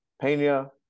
Pena